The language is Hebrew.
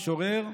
משורר,